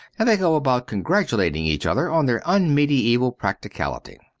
and they go about congratulating each other on their unmedieval practicality.